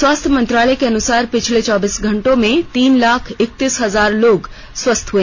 स्वास्थ्य मंत्रालय के अनुसार पिछले चौबीस घंटो में तीन लाख इकतीस हजार लोग स्वस्थ हए